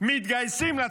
מתגייסים לצבא,